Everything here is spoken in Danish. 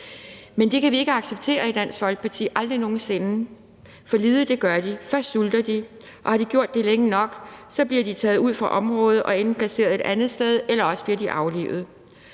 Men det kan vi ikke acceptere i Dansk Folkeparti, aldrig nogen sinde. Men lider, det gør de, for først sulter de, og har de gjort det længe nok, bliver de taget ud af området og enten placeret et andet sted eller aflivet.